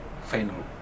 final